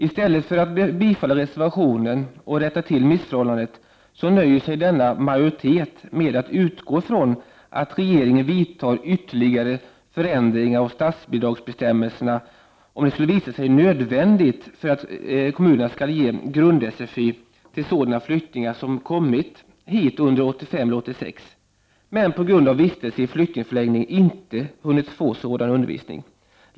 I stället för att biträda reservationen och rätta till missförhållandet, nöjer sig denna majoritet med att utgå från att regeringen vidtar ytterligare förändringar av statsbidragsbestämmelserna, om det skulle visa sig nödvändigt för att kommunerna skall ge grund-sfi till sådana flyktingar som kommit hit under 1985 eller 1986, men på grund av lång vistelse i flyktingförläggning inte hunnit få sådan undervisning.